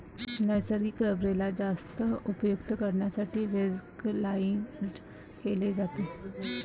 नैसर्गिक रबरेला जास्त उपयुक्त करण्यासाठी व्हल्कनाइज्ड केले जाते